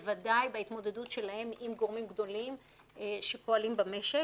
בוודאי בהתמודדות שלהם עם גורמים גדולים שפועלים במשק.